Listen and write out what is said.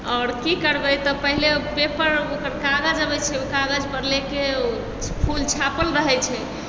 आओर की करबै तऽ पहिले पेपर ओकर कागज अबै छै ओहि कागज पर ले के फूल छापल रहै छै